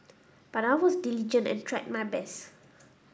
but I was diligent and tried my best